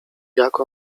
jak